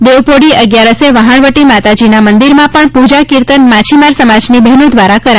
દેવપોઢી અગિયારસે વહાણવટી માતાજીના મંદિરમાં પણ પૂજા કિર્તન માછીમાર સમાજની બહેનો દ્વારા કરાય છે